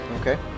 Okay